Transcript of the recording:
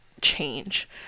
change